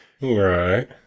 Right